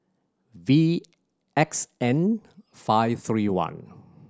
V X N five three one